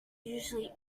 usually